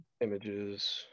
Images